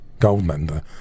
Goldmember